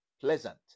pleasant